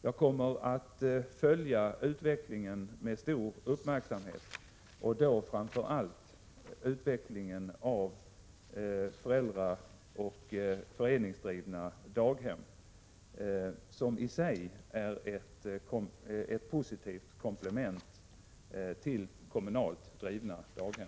Jag kommer att följa utvecklingen med stor uppmärksamhet och då framför allt utvecklingen av föräldraoch föreningsdrivna daghem som i sig är ett positivt komplement till kommunalt drivna daghem.